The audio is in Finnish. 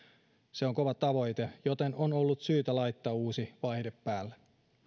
se on kova tavoite joten on ollut syytä laittaa uusi vaihde päälle